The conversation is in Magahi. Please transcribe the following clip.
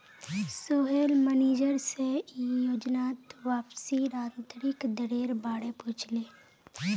सोहेल मनिजर से ई योजनात वापसीर आंतरिक दरेर बारे पुछले